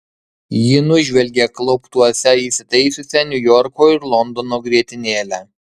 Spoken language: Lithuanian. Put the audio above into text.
ji nužvelgė klauptuose įsitaisiusią niujorko ir londono grietinėlę